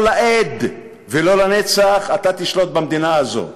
לא לעד ולא לנצח אתה תשלוט במדינה הזאת.